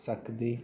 ਸਕਦੇ